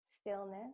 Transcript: stillness